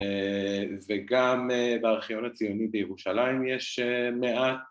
‫וגם בארכיון הציוני בירושלים ‫יש מעט...